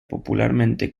popularmente